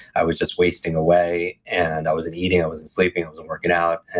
i was just wasting away, and i wasn't eating, i wasn't sleeping, i wasn't working out.